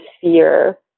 fear